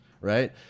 right